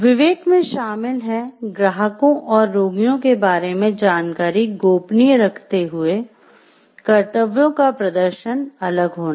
विवेक में शामिल है ग्राहकों और रोगियों के बारे में जानकारी गोपनीय रखते हुए कर्तव्यों का प्रदर्शन अलग होना